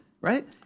right